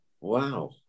Wow